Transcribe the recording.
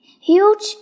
Huge